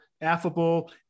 affable